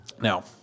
Now